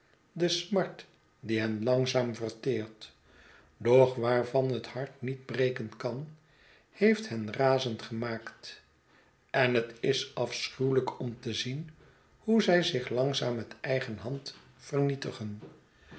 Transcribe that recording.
de smart die hen langzaam verteert doch waarvan het hart niet breken kan heeft hen razend gemaakt en het is afschuwelijk om te zien hoe zij zich langzaam met eigen hand vernietigen